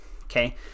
okay